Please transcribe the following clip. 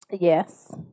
Yes